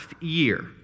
year